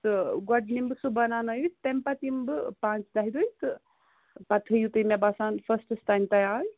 تہٕ گۄڈٕ نِمہٕ بہٕ سُہ بَناونَٲوِتھ تَمہِ پَتہٕ یِمہٕ بہٕ پانٛژھِ دَہہِ دۄہہِ تہٕ پَتہٕ تھٲیِو تُہۍ مےٚ باسان فٔسٹَس تام تَیار